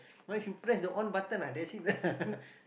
once you press the on button ah that's it ah